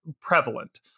prevalent